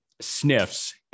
sniffs